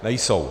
Nejsou.